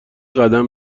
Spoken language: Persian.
قدم